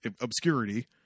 obscurity